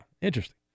Interesting